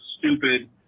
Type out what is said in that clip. Stupid